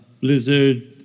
Blizzard